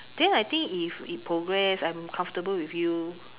then I think if it progress I'm comfortable with you